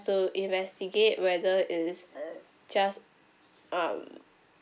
to investigate whether it's just um